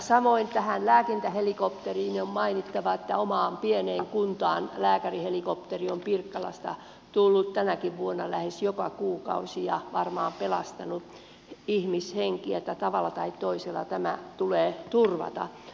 samoin tähän lääkintähelikopteriin on mainittava että omaan pieneen kuntaan lääkärihelikopteri on pirkkalasta tullut tänäkin vuonna lähes joka kuukausi ja varmaan pelastanut ihmishenkiä niin että tavalla tai toisella tämä tulee turvata